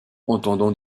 entendant